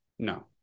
No